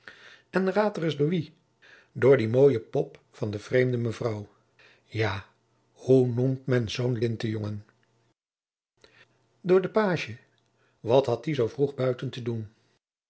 en raad ereis door wien door dien mooien pop van jacob van lennep de pleegzoon de vreemde mevrouw ja hoe noemt men zoôn lintejongen door den pagie wat had die zoo vroeg buiten te doen